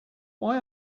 why